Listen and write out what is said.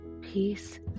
Peace